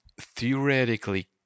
theoretically